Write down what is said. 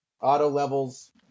auto-levels